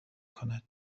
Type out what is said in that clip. کند